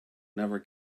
never